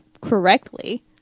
correctly